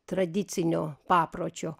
tradicinio papročio